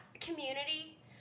Community